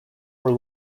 were